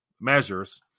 measures